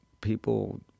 people